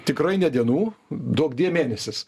tikrai ne dienų duok die mėnesis